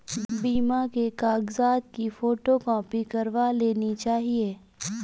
बीमा के कागजात की फोटोकॉपी करवा लेनी चाहिए